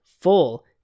full